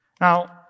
Now